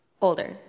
Older